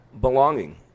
belonging